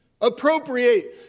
Appropriate